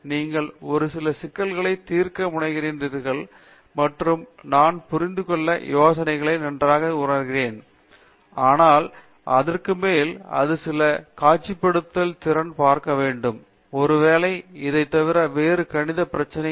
நீங்கள் ஒரு சில சிக்கல்களை தீர்க்க முனைகின்றீர்கள் மற்றும் நான் புரிந்து கொள்ளும் யோசனைகளை நன்றாக உணர்கிறேன் ஆனால் அதற்கு மேல் அது சில காட்சிப்படுத்தல் திறனை பார்க்க வேண்டும் ஒருவேளை இதை தவிர வேறு கணித பிரச்சனைக்கு தீர்வு காண முடியும்